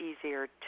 easier